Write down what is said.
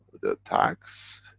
the tax,